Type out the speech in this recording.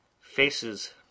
Faces